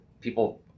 people